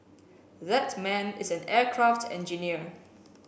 that man is an aircraft engineer